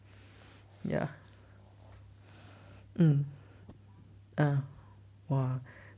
ya mm ah !wah!